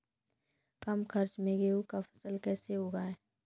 कम खर्च मे गेहूँ का फसल कैसे उगाएं?